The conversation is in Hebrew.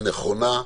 היא נכונה,